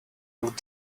wrote